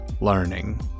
learning